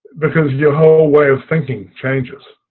because your whole way of thinking changes.